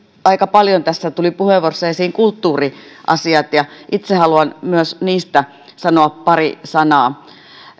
aika paljon tässä tulivat puheenvuoroissa esiin kulttuuriasiat ja itse haluan myös niistä sanoa pari sanaa